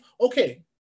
okay